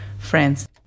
friends